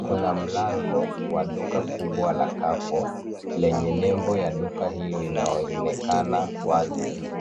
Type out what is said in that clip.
Kuna mlango wa duka kubwa la Carrefour lenye nembo ya duka hilo linaonekana wazi juu.